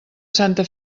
santa